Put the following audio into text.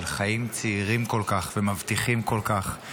של חיים צעירים כל כך ומבטיחים כל כך.